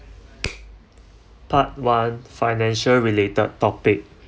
part one financial related topic